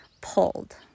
pulled